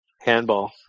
handball